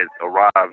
arrived